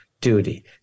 duty